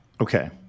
Okay